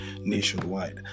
nationwide